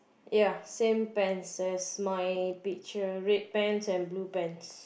ya same pants as my picture red pants and blue pants